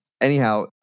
anyhow